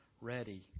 ready